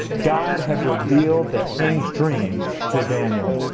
god had revealed the king's dream to daniel!